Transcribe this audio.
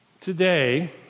Today